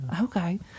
Okay